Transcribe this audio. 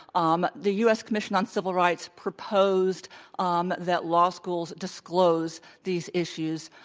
um the u. s. commission on civil rights proposed um that law schools disclose these issues.